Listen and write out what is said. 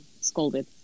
scolded